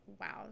Wow